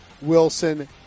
Wilson